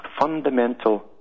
fundamental